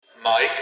Mike